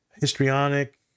histrionic